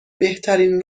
بهترین